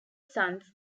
sons